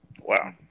Wow